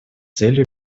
целью